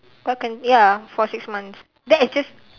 why can't ya for six months that is just